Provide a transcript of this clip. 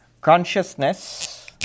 Consciousness